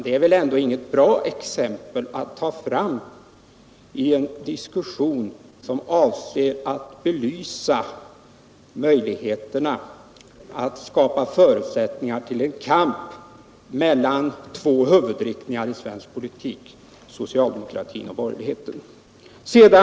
Det är väl ändå inte något bra exempel att ta fram i en diskussion som avser att belysa möjligheterna att skapa förutsättningar för en kamp mellan två huvudriktningar i svensk politik, socialdemokratin och borgerligheten.